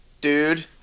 dude